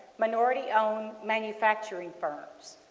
minority-owned manufacturing firms.